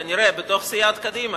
כנראה, בתוך סיעת קדימה.